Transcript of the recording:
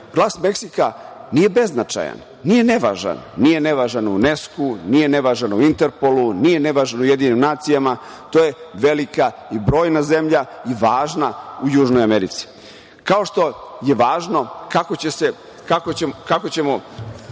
glas Meksika nije beznačajan, nije nevažan. Nije nevažan u UNESKO-u, nije nevažan u Interpolu, nije nevažan u UN, to je velika i brojna zemlja i važna u Južnoj Americi. Kao što je važno kako ćemo